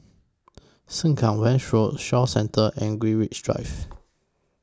Sengkang West Road Shaw Centre and Greenwich Drive